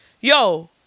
yo